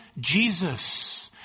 jesus